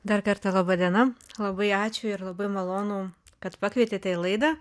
dar kartą laba diena labai ačiū ir labai malonu kad pakvietėte į laidą